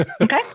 Okay